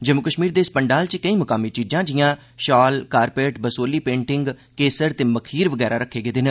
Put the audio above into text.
जम्मू कश्मीर दे इस पंडाल च केईं मुकामी चीजां जिआं शाल कारपेट बसोहली पेंटिंग केसर ते मखीर वगैरा रक्खे गेदे न